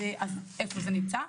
אז איפה זה נמצא.